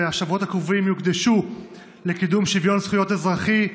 והשבועות הקרובים יוקדשו לקידום שוויון זכויות אזרחי,